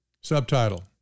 Subtitle